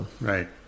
Right